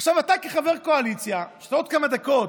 עכשיו אתה, כחבר קואליציה שעוד כמה דקות,